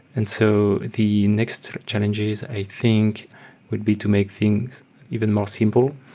and so the next challenge is i think would be to make things even more simple.